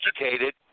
educated